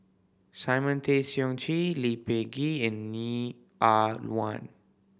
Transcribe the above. Simon Tay Seong Chee Lee Peh Gee and Neo Ah Luan